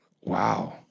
wow